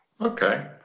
Okay